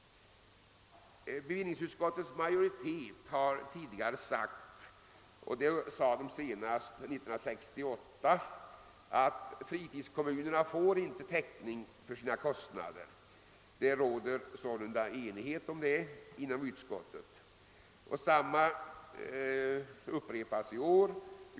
Bevillningsutskottets majoritet har tidigare sagt — senast 1968 — att fritidskommunerna inte får täckning för sina kostnader, och samma konstaterande gör man även i år.